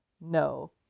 No